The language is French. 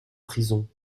prison